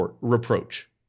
reproach